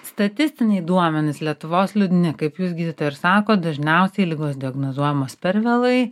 statistiniai duomenys lietuvos liūdni kaip jūs gydytojai ir sakot dažniausiai ligos diagnozuojamos per vėlai